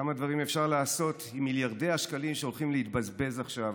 כמה דברים אפשר לעשות עם מיליארדי השקלים שהולכים להתבזבז עכשיו.